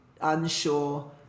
unsure